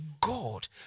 God